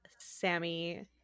Sammy